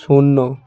শূন্য